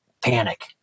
panic